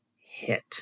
hit